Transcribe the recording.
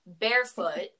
barefoot